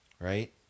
right